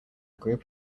group